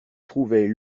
trouvait